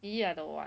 !ee! I don't want